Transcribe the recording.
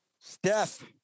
Steph